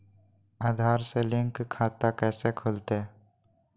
आधार से लिंक खाता कैसे खुलते?